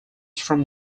from